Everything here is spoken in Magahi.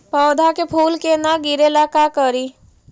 पौधा के फुल के न गिरे ला का करि?